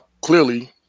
clearly